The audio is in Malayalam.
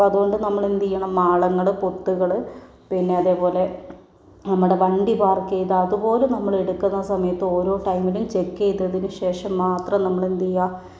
അപ്പോൾ അതുകൊണ്ട് നമ്മള് എന്തുചെയ്യണം മാളങ്ങള് പൊത്തുകള് പിന്നെ അതേപോലെ നമ്മുടെ വണ്ടി പാർക്ക് ചെയ്ത അതുപോലും എടുക്കുന്ന സമയത്ത് ഓരോ ടൈമിലും ചെക്ക് ചെയ്തതിനു ശേഷം മാത്രം നമ്മള് എന്തുചെയ്യാ